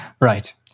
Right